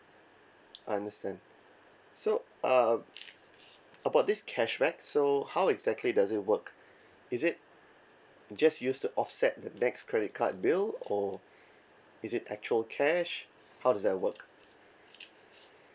understand so uh about this cashback so how exactly does it work is it just used to offset the next credit card bill or is it actual cash how does that work